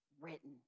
written